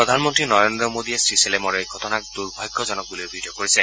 প্ৰধানমন্ত্ৰী নৰেন্দ্ৰ মোডীয়ে শ্ৰীচেলেমৰ এই ঘটনাক দুৰ্ভাগ্যজনক বুলি অভিহিত কৰিছে